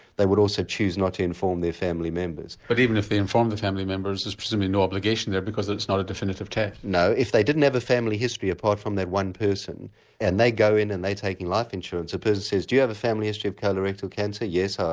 they would also choose not to inform their family members. but even if they informed the family members there's presumably no obligation there because it's not a definitive test? no if they didn't have a family history apart from that one person and they go in and they take life insurance, the person says do you have a family history of colorectal cancer yes, ah